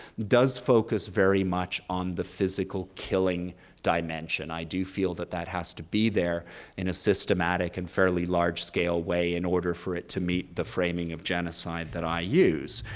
does focus very much on the physical killing dimension. i do feel that that has to be there in a systematic and fairly large-scale way in order for it to meet the framing of genocide that i use.